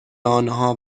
آنها